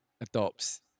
adopts